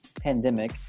pandemic